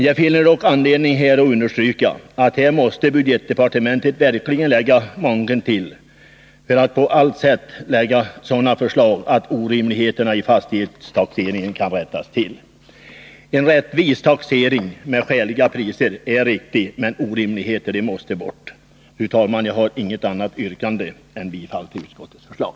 Jag finner dock anledning understryka att budgetdepartementet här verkligen måste lägga manken till på allt sätt för att åstadkomma sådana förslag att orimligheterna i den nuvarande fastighetstaxeringen rättas till. En rättvis taxering med skäliga priser skall vi ha, men orimligheterna måste bort. Fru talman! Jag har inget annat yrkande än bifall till utskottets förslag.